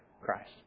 Christ